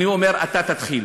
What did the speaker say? אני אומר: אתה תתחיל.